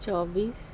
چوبیس